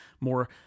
more